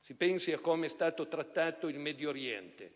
Si pensi a come è stato trattato il Medio Oriente.